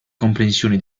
comprensione